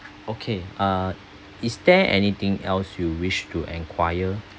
okay uh is there anything else you wish to enquire